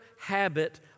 habit